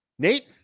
Nate